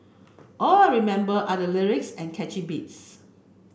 all remember are the lyrics and catchy beats